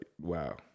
wow